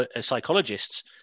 psychologists